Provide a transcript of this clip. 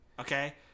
Okay